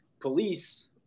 police